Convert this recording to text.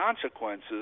consequences